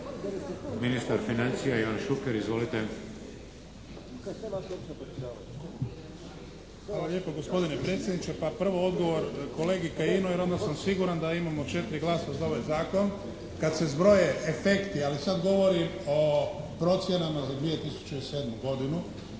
Ministar financija Ivan Šuker. Izvolite. **Šuker, Ivan (HDZ)** Hvala lijepo gospodine predsjedniče. Pa prvo odgovor kolegi Kajinu jer onda sam siguran da imamo 4 glasa “za“ za ovaj zakon. Kad se zbroje efekti, ali sada govorim o procjenama za 2007. godinu